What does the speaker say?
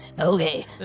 Okay